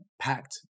packed